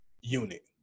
unit